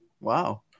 Wow